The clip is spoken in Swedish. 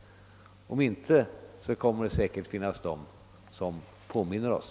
Om inte kommer det säkert att finnas de som påminner oss.